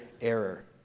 error